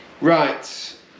Right